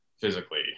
physically